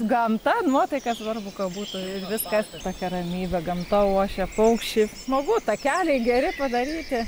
gamta nuotaika svarbu ka būtų ir viskas tokia ramybė gamta ošia paukščiai smagu takeliai geri padaryti